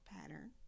pattern